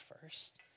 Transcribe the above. first